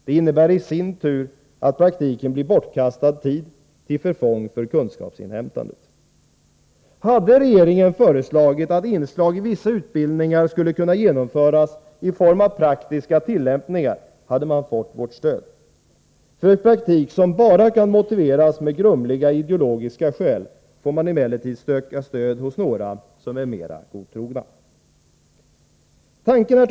Det innebär i sin tur att praktiken blir bortkastad tid till förfång för kunskapsinhämtandet. Hade regeringen föreslagit att inslag i vissa utbildningar skulle kunna genomföras i form av praktiska tillämpningar hade man fått vårt stöd. För praktik som bara kan motiveras med grumliga ideologiska skäl får man emellertid söka stöd hos några som är mera godtrogna.